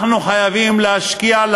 אנחנו חייבים להשקיע,